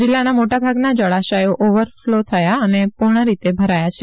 જિલ્લાના મોટાભાગના જળાશયો ઓવરફ્લો થયા અથવા પૂર્ણ રીતે ભરાયા છે